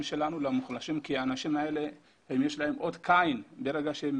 ולמוחלשים שלנו כי האנשים האלה יש להם אות קין ברגע שהם